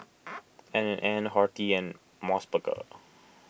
N and N Horti and Mos Burger